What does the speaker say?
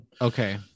Okay